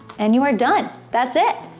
and you are done! that's it!